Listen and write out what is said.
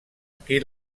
qui